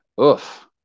oof